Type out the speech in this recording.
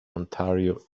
ontario